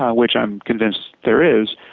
ah which i'm convinced there is,